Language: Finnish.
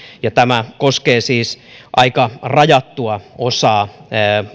ja tämä koskee siis aika rajattua osaa